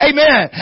Amen